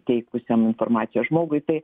teikusiam informaciją žmogui tai